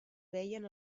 veien